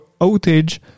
outage